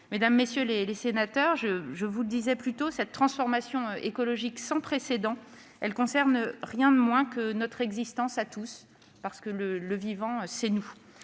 Mesdames, messieurs les sénateurs, je vous l'ai dit, cette transformation écologique sans précédent concerne rien de moins que notre existence à tous, parce que le vivant, c'est nous